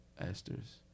esters